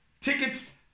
Tickets